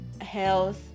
health